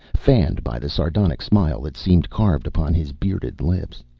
fanned by the sardonic smile that seemed carved upon his bearded lips.